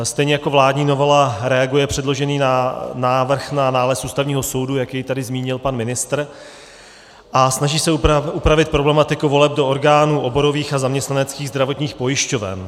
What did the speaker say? Stejně jako vládní novela reaguje předložený návrh na nález Ústavního soudu, jak jej tady zmínil pan ministr, a snaží se upravit problematiku voleb do orgánů oborových a zaměstnaneckých zdravotních pojišťoven.